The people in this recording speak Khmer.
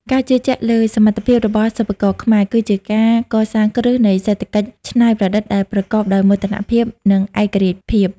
ការជឿជាក់លើសមត្ថភាពរបស់សិប្បករខ្មែរ គឺជាការកសាងគ្រឹះនៃសេដ្ឋកិច្ចច្នៃប្រឌិតដែលប្រកបដោយមោទនភាព និងឯករាជ្យភាព។